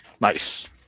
Nice